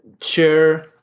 share